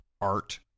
art